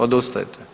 Odustajete.